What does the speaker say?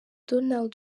donald